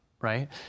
right